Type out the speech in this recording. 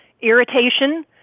irritation